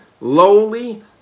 lowly